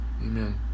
Amen